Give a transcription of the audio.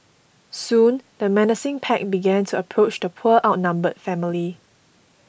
soon the menacing pack began to approach the poor outnumbered family